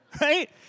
Right